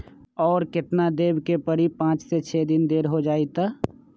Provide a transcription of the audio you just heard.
और केतना देब के परी पाँच से छे दिन देर हो जाई त?